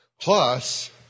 plus